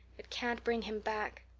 it can't bring him back.